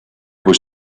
was